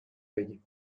بگین